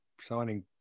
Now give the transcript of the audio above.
signing